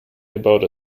about